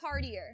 partier